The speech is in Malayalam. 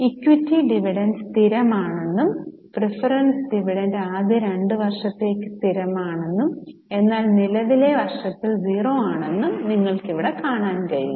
ഇക്വിറ്റി ഡിവിഡന്റ് സ്ഥിരമാണെന്നും പ്രീഫെറെൻസ് ഡിവിഡന്റ് ആദ്യ 2 വർഷത്തേക്ക് സ്ഥിരമാണെന്നും എന്നാൽ നിലവിലെ വർഷത്തിൽ 0 ആണെന്നും നിങ്ങൾക്ക് ഇവിടെ കാണാൻ കഴിയും